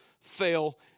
fail